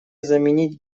заменить